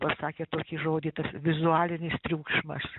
pasakę tokį žodį tas vizualinis triukšmas